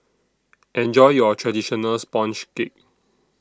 Enjoy your Traditional Sponge Cake